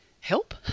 help